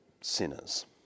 sinners